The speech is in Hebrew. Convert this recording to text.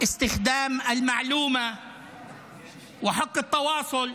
השימוש במידע וזכות התקשורת.